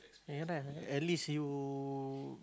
ya lah at least you